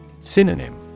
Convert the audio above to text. Synonym